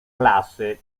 klasy